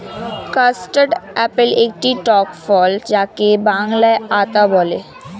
custard apple একটি টক ফল যাকে বাংলায় আতা বলে